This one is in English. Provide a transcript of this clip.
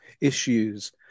issues